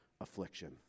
affliction